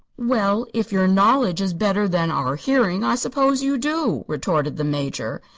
well, if your knowledge is better than our hearing, i suppose you do, retorted the major.